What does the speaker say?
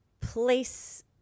place